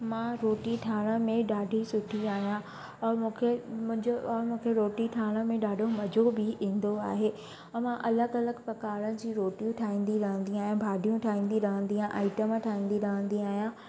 मां रोटी ठाहिण में ॾाढी सुठी आहियां और मूंखे मुंहिंजो और मूंखे रोटी ठाहिण में ॾाढो मजो बि ईंदो आहे ऐं मां अलॻि अलॻि प्रकार जी रोटियूं ठाहींदी रहंदी आहियां भाॼियूं ठाहींदी रहंदी आहियां आइटम ठाहींदी रहंदी आहियां